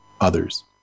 others